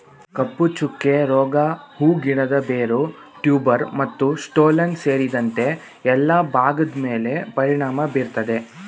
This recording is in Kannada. ಕಪ್ಪುಚುಕ್ಕೆ ರೋಗ ಹೂ ಗಿಡದ ಬೇರು ಟ್ಯೂಬರ್ ಮತ್ತುಸ್ಟೋಲನ್ ಸೇರಿದಂತೆ ಎಲ್ಲಾ ಭಾಗದ್ಮೇಲೆ ಪರಿಣಾಮ ಬೀರ್ತದೆ